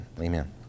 Amen